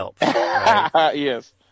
Yes